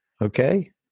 Okay